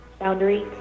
Boundary